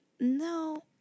no